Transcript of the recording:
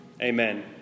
Amen